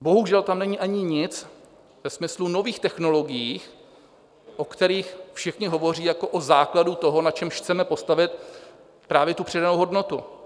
Bohužel tam není ani nic ve smyslu nových technologií, o kterých všichni hovoří jako o základu toho, na čemž chceme postavit právě tu přidanou hodnotu.